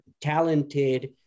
talented